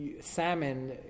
salmon